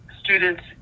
students